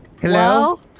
Hello